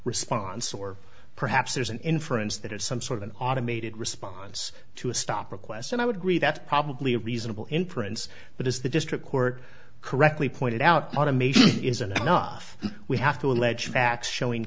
response or perhaps there's an inference that it's some sort of an automated response to a stop request and i would agree that probably a reasonable inference but as the district court correctly pointed out automation isn't enough we have two alleged facts showing